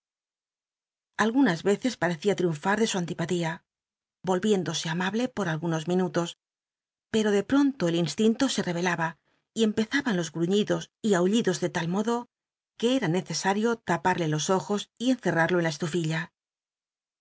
algunas veces patccia triunfar de su antipatía de dora biblioteca nacional de españa david copperfield vohiéndose amable por algunos minutos pero de pronto el instinto se revelaba y empezaban los gruñidos y aullidos de tal modo que cra necesario laparlc los ojos y encerrarlo en la estufilla